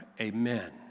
Amen